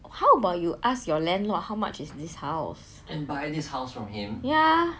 how about you ask your landlord how much is this house